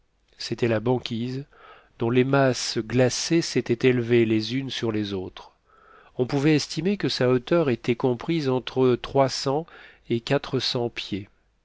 c'était la banquise dont les masses glacées s'étaient élevées les unes sur les autres on pouvait estimer que sa hauteur était comprise entre trois cents et quatre cents pieds